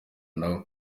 nawe